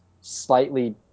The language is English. slightly